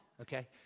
Okay